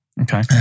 Okay